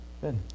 Good